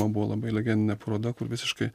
man buvo labai legendinė paroda kur visiškai